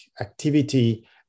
activity